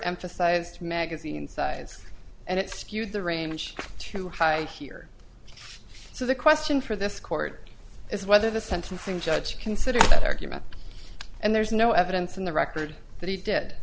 emphasized magazine sides and it skewed the range to hide here so the question for this court is whether the sentencing judge considered that argument and there's no evidence in the record that he did